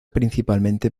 principalmente